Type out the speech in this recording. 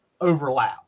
overlap